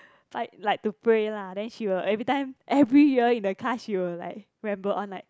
like like to pray lah then she will every time every year in the car she will like ramble on like